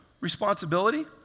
responsibility